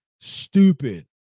stupid